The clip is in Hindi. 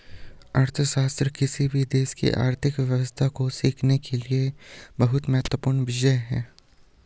अर्थशास्त्र किसी भी देश की आर्थिक व्यवस्था को सीखने के लिए बहुत महत्वपूर्ण विषय हैं